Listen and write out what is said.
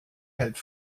hält